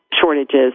shortages